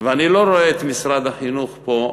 ואני לא רואה פה את משרד החינוך משיב,